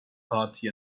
party